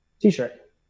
T-shirt